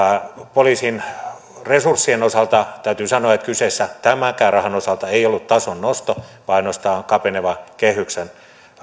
poliisin resurssien osalta täytyy sanoa että kyseessä tämänkään rahan osalta ei ollut tason nosto vaan ainoastaan kapenevan kehyksen